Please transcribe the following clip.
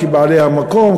כבעלי המקום,